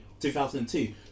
2002